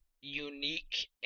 unique